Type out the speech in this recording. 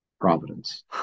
providence